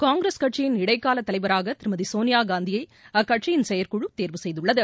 காங்கிரஸ் கட்சியின் இடைக்கால தலைவராக திருமதி சோனியா காந்தியை அக்கட்சியின் செயற்குழு தேர்வு செய்துள்ளது